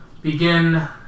Begin